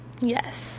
yes